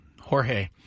Jorge